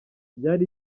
byari